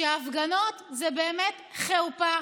כשההפגנות זה באמת חרפה,